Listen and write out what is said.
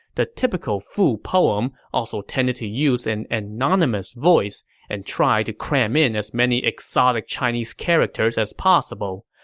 the typical fu poem also tended to use an anonymous voice and tried to cram in as many exotic chinese characters as possible,